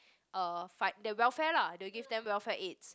uh fi~ the welfare lah they give them welfare aids